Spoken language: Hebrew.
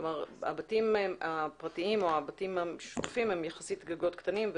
כלומר הבתים הפרטיים או הבתים המשותפים יש להם גגות קטנים יחסית,